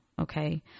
okay